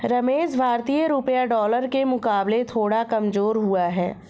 रमेश भारतीय रुपया डॉलर के मुकाबले थोड़ा कमजोर हुआ है